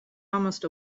almost